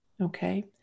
okay